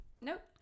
nope